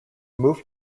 moved